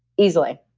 easily.